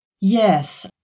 Yes